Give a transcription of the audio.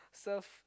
surf